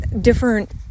different